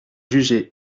jugé